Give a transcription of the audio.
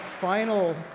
final